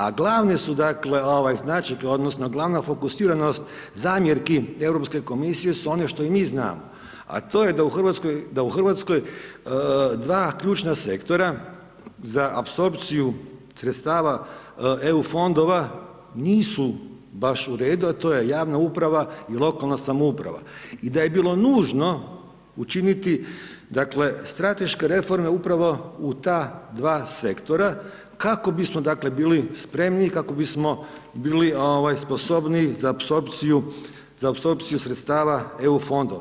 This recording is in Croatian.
A glavne su dakle značajke odnosno glavna fokusiranost zamjerki Europske komisije su one što i mi znamo a to je da u Hrvatskoj dva ključna sektora za apsorpciju sredstava Eu fondova nisu baš u redu a to je javna uprava i lokalna samouprava i da je bilo nužno učiniti dakle strateške reforme upravo u ta dva sektora kako bismo dakle bili spremni i kako bismo bili sposobniji za apsorpciju sredstava Eu fondova.